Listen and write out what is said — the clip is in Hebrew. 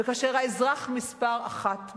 וכאשר האזרח מספר אחת במדינה,